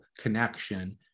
connection